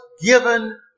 given